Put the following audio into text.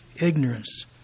ignorance